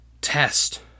test